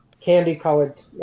candy-colored